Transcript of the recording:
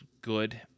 good